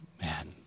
Man